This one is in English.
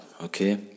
okay